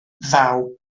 ddaw